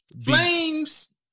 Flames